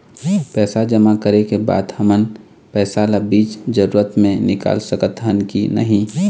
पैसा जमा करे के बाद हमन पैसा ला बीच जरूरत मे निकाल सकत हन की नहीं?